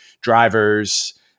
drivers